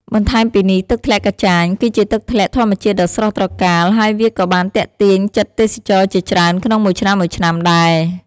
បន្ថែមពីនេះទឹកធ្លាក់កាចាញ គឺជាទឹកធ្លាក់ធម្មជាតិដ៏ស្រស់ត្រកាល ហើយវាក៏បានទាក់ទាញចិត្តទេសចរជាច្រើនក្នុងមួយឆ្នាំៗដែរ។